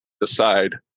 decide